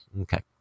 Okay